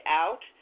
out